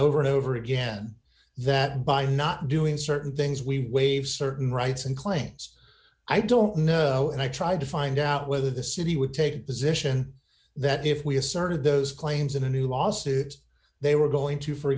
over and over again that by not doing certain things we waive certain rights and claims i don't know and i tried to find out whether the city would take position that if we asserted those claims in a new lawsuit they were going to for